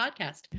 podcast